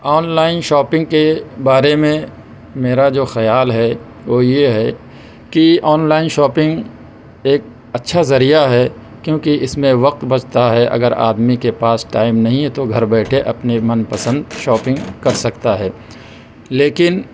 on line shopping کے بارے میں میرا جو خیال ہے وہ یہ ہے کہ آن لائن شاپنگ ایک اچھا ذریعہ ہے کیونکہ اس میں وقت بچتا ہے اگر آدمی کے پاس ٹائم نہیں ہے تو گھر بیٹھے اپنے من پسند شاپنگ کر سکتا ہے لیکن